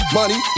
money